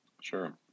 Sure